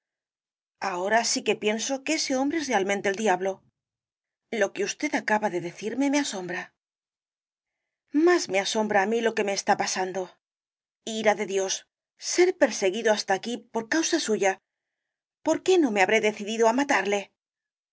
ahora sí que pienso que ese hombre es realmente el diablo lo que usted acaba de decirme me asombra más me asombra á mí lo que me está pasando ira de dios ser perseguido hasta aquí por causa suya por qué no me habré decidido á matarle